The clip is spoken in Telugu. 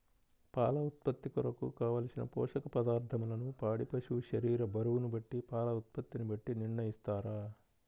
పాల ఉత్పత్తి కొరకు, కావలసిన పోషక పదార్ధములను పాడి పశువు శరీర బరువును బట్టి పాల ఉత్పత్తిని బట్టి నిర్ణయిస్తారా?